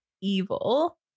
evil